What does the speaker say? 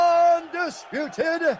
undisputed